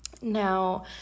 Now